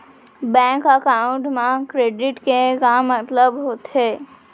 Bank account मा credit के का मतलब होथे?